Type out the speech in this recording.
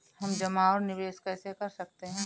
हम जमा और निवेश कैसे कर सकते हैं?